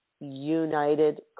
united